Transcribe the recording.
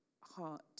heart